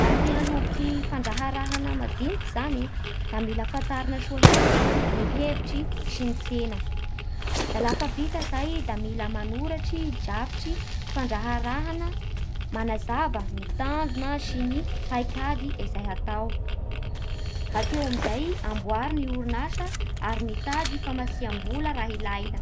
Laha te hanomboky fandraharahana madin iky zany da mila fantarina soa heky ny hevitsy sy ny tsena. Da lafa vita zay da mila manoratsy drafitsy fandraharahana manazava ny tanjona sy ny paikady ezay hatao, bakeo amin'izay amborigne orinasa ary mitady famatsiam-bola raha ialaina.